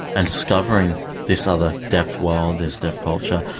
and discovering this other deaf world, this deaf culture,